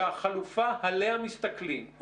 שהחלופה אליה מתכוונים,